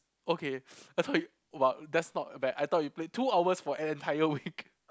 okay I thought you !wow! that's not bad I thought you played two hours for an entire week